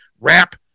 rap